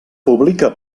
publica